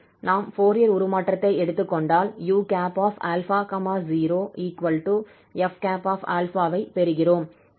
நாம் ஃபோரியர் உருமாற்றத்தை எடுத்துக் கொண்டால் u∝ 0f ஐ பெறுகிறோம்